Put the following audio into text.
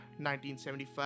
1975